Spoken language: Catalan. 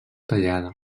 tallada